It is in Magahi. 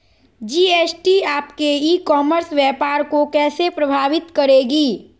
जी.एस.टी आपके ई कॉमर्स व्यापार को कैसे प्रभावित करेगी?